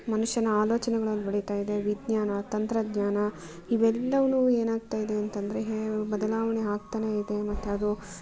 ಮನುಷ್ಯನ ಆಲೋಚನೆಗಳಲ್ಲಿ ಬೆಳಿತಾ ಇದೆ ವಿಜ್ಞಾನ ತಂತ್ರಜ್ಞಾನ ಇವೆಲ್ಲವು ಏನಾಗ್ತಾಯಿದೆ ಅಂತಂದರೆ ಹೇ ಬದಲಾವಣೆ ಆಗ್ತಾನೇ ಇದೆ ಮತ್ತು ಅದು